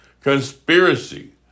conspiracy